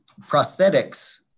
prosthetics